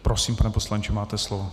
Prosím, pane poslanče, máte slovo.